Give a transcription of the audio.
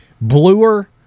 bluer